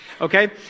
okay